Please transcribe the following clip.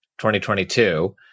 2022